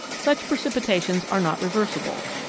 such precipitations are not reversible.